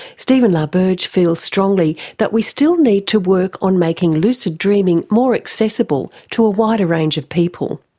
stephen la berge feels strongly that we still need to work on making lucid dreaming more accessible to a wider range of people.